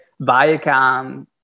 Viacom